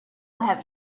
have